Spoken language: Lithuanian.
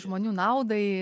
žmonių naudai